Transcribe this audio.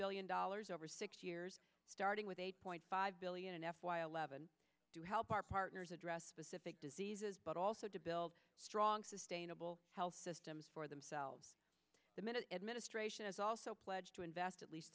billion dollars over six years starting with eight point five billion in f y eleven to help our partners address specific diseases but also to build strong sustainable health systems for themselves the minute administration has also pledged to invest at least